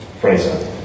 Fraser